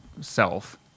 self